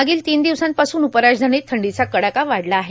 मागील तीन दिवसांपासून उपराजधानीत थंडीचा कडाका वाढला आहे